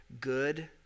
good